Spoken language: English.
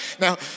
Now